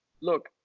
look